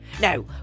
Now